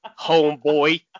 homeboy